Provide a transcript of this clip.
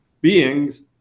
beings